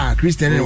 Christian